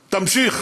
תמשיך,